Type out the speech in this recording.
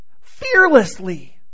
Fearlessly